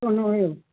छो न हुओ